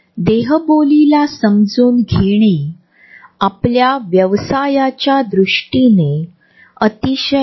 म्हणून लोकांच्या एकमेकांच्या सापेक्ष स्थानाच्या सान्निध्यातून जवळीक उद्भवते तर आम्ही हा अदृश्य फुगा अखंड ठेवण्याचा देखील प्रयत्न करतो